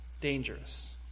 dangerous